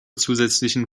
zusätzlichen